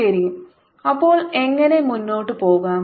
ശരി അപ്പോൾ എങ്ങനെ മുന്നോട്ട് പോകാം